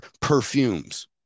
perfumes